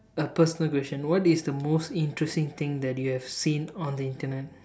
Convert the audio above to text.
a personal question what is the most interesting thing that you have seen on the Internet